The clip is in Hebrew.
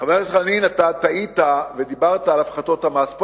חבר הכנסת חנין, אתה טעית ודיברת על הפחתות המס.